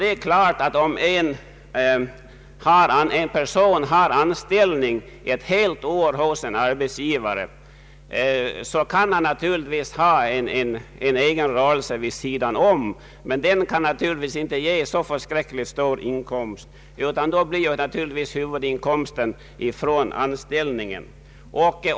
Det är klart att om en person har anställning ett helt år hos en arbetsgivare så kan han ha en egen rörelse vid sidan om, som dock i så fall inte kan ge så stor inkomst, utan huvudinkomsten kommer naturligtvis från anställningen.